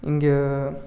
இங்கே